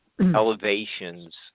elevations